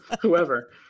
Whoever